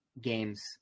Games